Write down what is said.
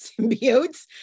symbiotes